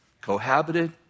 cohabited